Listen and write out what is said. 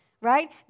right